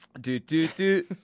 Do-do-do